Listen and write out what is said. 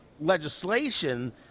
legislation